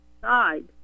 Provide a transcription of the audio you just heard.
side